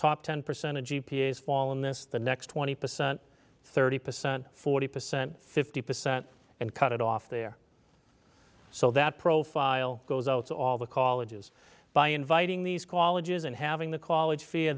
top ten percent of g p s fall in this the next twenty percent thirty percent forty percent fifty percent and cut it off there so that profile goes oh it's all the colleges by inviting these qualities and having the call it fear